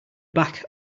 back